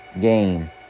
game